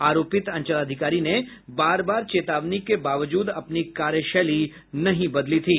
आरोपित अंचलाधिकारी ने बार बार चेतावनी के बावजूद अपनी कार्यशैली नहीं बदली थी